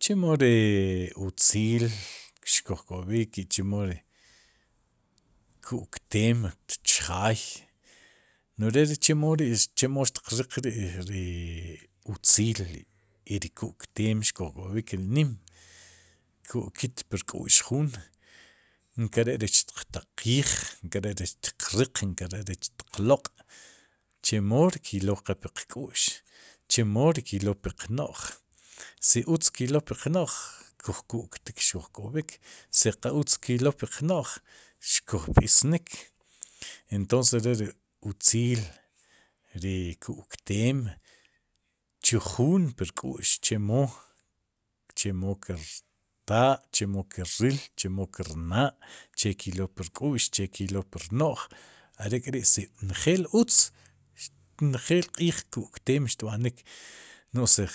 Chemo ri utziil xkuj k'ob'ik i chimo ri ku'ukteem chjaay no'j re ri chemo ri chemo xtiq riq ri' ri utziil y ri ku'kteem xkuj k'ob'ik nim ku'kit pur k'u'x juun nkere'rech xtiq taqiij, nkere'rech xtiq riq, nkere'rech xtiq loq'chemo ri klow qe puq k'u'x chemo ri kylow puq no'j si utz klow ppuq no'j kuj ku'ktik xkuj k'ob'ik, si qa utz klow puq no'j xkuj b'iisnik, entonces re ri utziil, ri ku'kteem, chu jun pur k'u'x chemo chemo kirtaa, chemo ki riil, chemo kirnaa', che klow pur k'u'x che klow pur no'j, are'kri'si njeel utz njeel q'iij ku'kteem xtb'anik, no'j si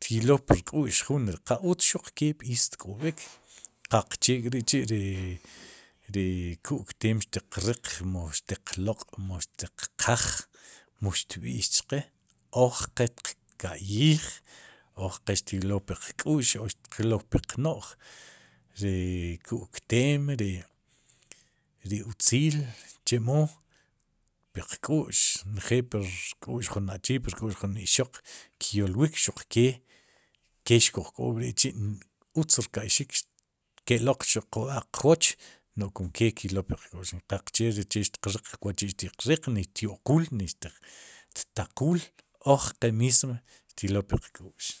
xtlow pur k'u'x juun ri qa utz xuq ke b'iis tk'ob'ik, qaqche k'richi' ri ku'kteem xiq riq mu xtiq loq, mu ixtiq qaaj, muxt b'i'xchqe, oj qe xtiqka'yij, ojqe xtlow puq ku'x oj xtlow puq no'j, ri ku'kteem, ri ri utziil, chemo, piq k'u'x njel pu rk'u'x jun achii, pu rk'ux jun ixoq kyolwik xuqke ke xkuj k'oob'ri'chi'utz ka'ixik, ke'loq chb'aq'qwooch, no'j kumke klow puq k'u'x qaqche ri che xtiqriq waçhi'xtiqriq, ni xtyo'quul, ni xtaquul, ojqe mismo xtyol puq k'. u'x.